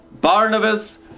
Barnabas